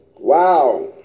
Wow